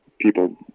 people